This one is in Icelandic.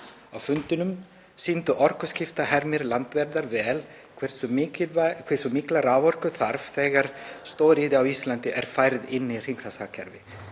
Á fundinum sýndi orkuskiptahermir Landverndar vel hversu mikla raforku þarf þegar stóriðja á Íslandi er færð inn í hringrásarhagkerfi,